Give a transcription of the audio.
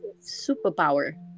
superpower